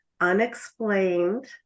unexplained